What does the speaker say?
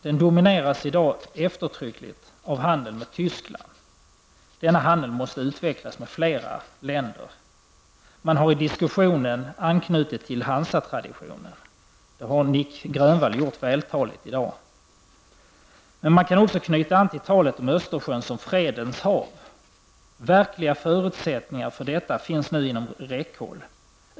Den domineras i dag eftertryckligt av handeln med Tyskland. Handel måste utvecklas med flera länder. Man har i diskussionen anknutit till Hansatraditionen. Det har Nic Grönvall gjort vältaligt i dag. Man kan också anknyta till talet om Östersjön som ''Fredens hav''. Verkliga förutsättningar för detta finns inom räckhåll.